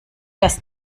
das